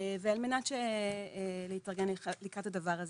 ועל מנת שנתארגן לקראת הדבר הזה.